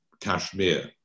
Kashmir